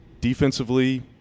Defensively